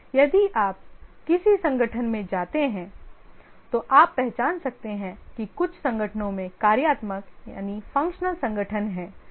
यदि आप किसी संगठन में जाते हैं तो आप पहचान सकते हैं कि कुछ संगठनों में कार्यात्मक संगठन हैं